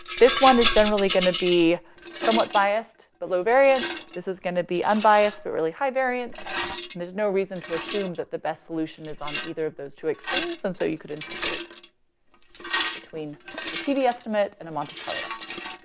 this one is generally going to be somewhat biased, but low variance. this is going to be unbiased, but really high variance. and there's no reason to assume that the best solution is on either of those two extremes. and so you could interpolate between a td estimate and a monte carlo estimate.